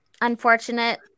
Unfortunate